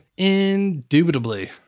indubitably